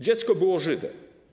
Dziecko było żywe.